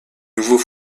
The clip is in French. nouveaux